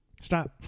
Stop